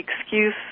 excuse